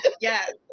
Yes